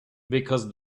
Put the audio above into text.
because